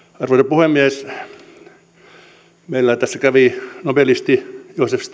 puhemies meillä tässä kävi nobelisti joseph